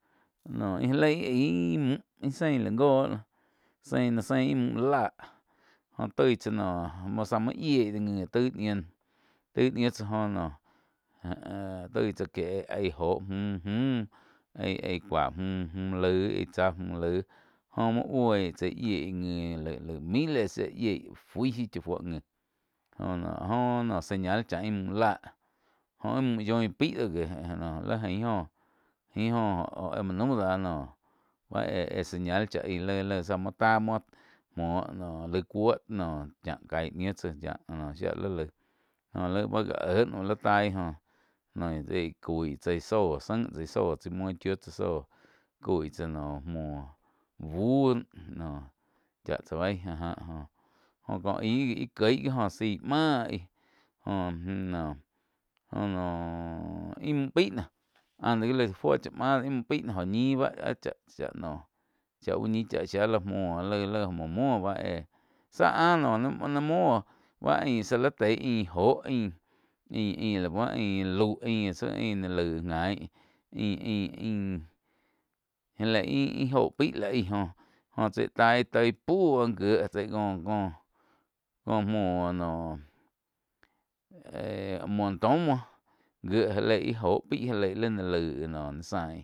Noh íh já leí íh müh sein laig goh, zein-zein ih müh láh joh toí tsá noh záh muo yiéi ngi taig ñiu tsá jo no toi tsá kéh aí joh müh aih-ai cuá müh, mü laih aí tsáh müh laig joh muo bui chái yieg ngi lái miles yiéh fui shiu chá fui ngi joh no áh joh señal chá íh müh láh jóh íh müh yoin paí do gí jóh lain ain joh ain óh óh éh muo naum dáh noh báh éh-éh señal chá aí laig-laig zá muo tá muoh muoh laig cuó noh chá caí ñiu tsáh joh shía li laig jóh laih báh gá éh có li taig óh noi aí coi zóh zain tsá zóh chái uin chiu tsá zó cói tsá noh muó buh noh chá tsá beí áh jáh jóh kó aig gi íh cuio máhh zaí aí joh noh íh müh pai ante gi la fuo chá máh mu pai dó jo ñih báh áh cha-cha noh chá uh ñi chá shia lah muoh láig muo muo báh éh záh áh ni muo óh báh ain zá li tein ain joh ain-ain lá báh ain lau éh- ain tsi ain laig gain ain-ain. Já lei ih jóh paí lá aih joh jóh tsai taih toi puó gie tsi có-có, có muoh noh éh muo taum muo gié já léi íh jó pai já leí lí ni laih noh zain.